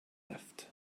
left